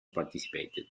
participated